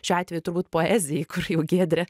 šiuo atveju turbūt poezijai kur jau giedrė